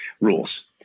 rules